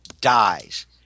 dies